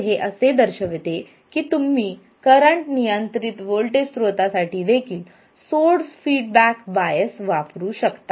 तर हे असे दर्शविते की तुम्ही करंट नियंत्रित व्होल्टेज स्त्रोतासाठी देखील सोर्स फीडबॅक बायस वापरू शकता